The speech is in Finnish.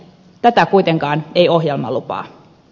tätä kuitenkaan ei ohjelma lupaa